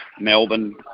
Melbourne